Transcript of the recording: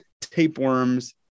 tapeworms